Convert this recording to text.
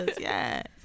yes